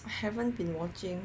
I haven't been watching